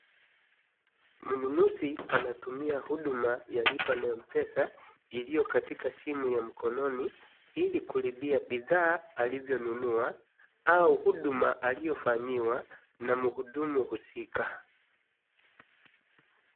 Mnunuzi anatumia huduma ya lipa na Mpesa iliyo katika simu ya mkononi ili kulipia bidhaa alivyonunua au huduma iliyofanyiwa na mhudumu husika.